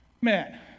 Man